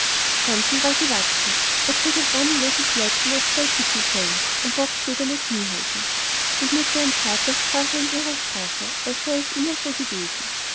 war gewachsen er trug ein ärmelloses leibchen aus zwei zickelfellen und bockslederne kniehosen mit mutter und vater sprach er in ihrer sprache als sei es immer so gewesen